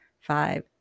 five